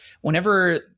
whenever